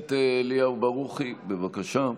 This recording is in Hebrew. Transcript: הכנסת אליהו ברוכי, בבקשה.